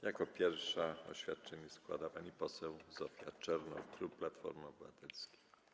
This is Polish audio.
Jako pierwsza oświadczenie składa pani poseł Zofia Czernow, klub Platforma Obywatelska.